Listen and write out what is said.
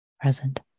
present